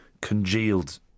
congealed